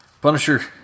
Punisher